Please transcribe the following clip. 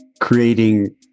creating